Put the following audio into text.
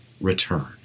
return